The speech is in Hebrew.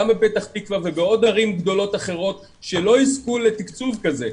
גם בפתח תקווה ובעוד ערים גדולות אחרות שלא יזכו לתקצוב כזה.